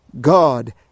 God